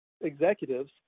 Executives